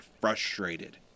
frustrated